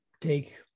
take